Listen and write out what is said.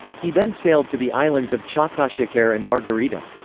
he then sailed to the islands of chacachacare and margarita.